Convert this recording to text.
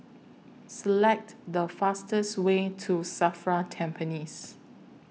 Select The fastest Way to SAFRA Tampines